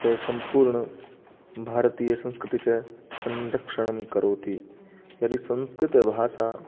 च सम्पूर्णभारतीयसंस्कृतिं च संरक्षणं करोति यदि संस्कृतभाषा